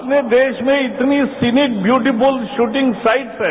अपने देश में इतनी सीनिक व्यूटीफुल शूटिंग साइट्स हैं